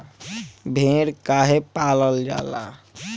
भेड़ काहे पालल जाला?